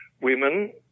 women